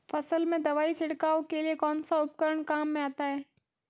फसल में दवाई छिड़काव के लिए कौनसा उपकरण काम में आता है?